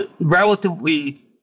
relatively